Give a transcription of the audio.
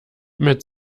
mit